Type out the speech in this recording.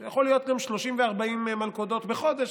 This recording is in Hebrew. כשזה יכול להיות גם 30 ו-40 מלכודות בחודש,